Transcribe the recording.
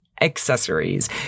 accessories